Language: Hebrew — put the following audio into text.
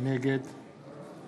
נגד